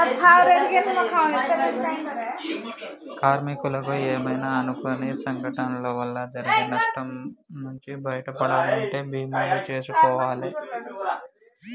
కార్మికులకు ఏమైనా అనుకోని సంఘటనల వల్ల జరిగే నష్టం నుంచి బయటపడాలంటే బీమాలు జేసుకోవాలే